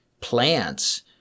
plants